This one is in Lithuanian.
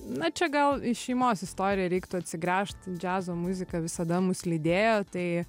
na čia gal į šeimos istoriją reiktų atsigręžt džiazo muzika visada mus lydėjo tai